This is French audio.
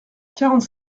quarante